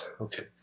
Okay